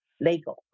Lego